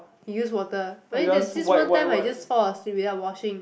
you use water but then there's this one time I just fall asleep without washing